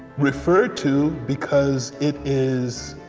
referred to because it is